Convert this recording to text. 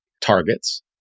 targets